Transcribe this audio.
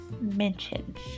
mentions